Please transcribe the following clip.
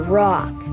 rock